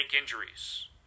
injuries